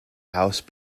house